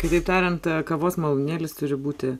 kitaip tariant kavos malūnėlis turi būti